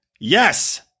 Yes